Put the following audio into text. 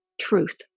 truth